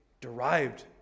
derived